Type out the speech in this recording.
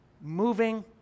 moving